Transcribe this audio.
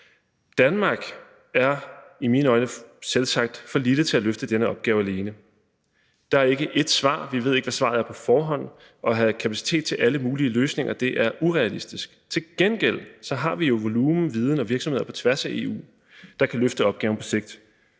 Danmark er i mine øjne selvsagt for lille til at løfte denne opgave alene. Der er ikke ét svar, og vi ved ikke, hvad svaret er på forhånd, og at have kapacitet til alle mulige løsninger er urealistisk. Til gengæld har vi jo volumen, viden og virksomheder på tværs af EU, der kan løfte opgaven på sigt,